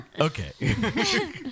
Okay